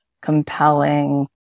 compelling